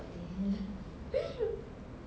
what the hell